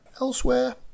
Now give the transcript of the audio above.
Elsewhere